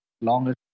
longer